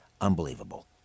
unbelievable